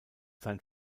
sein